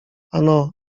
ano